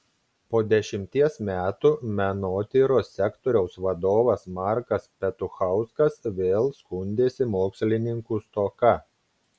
po dešimties metų menotyros sektoriaus vadovas markas petuchauskas vėl skundėsi mokslininkų stoka